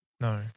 No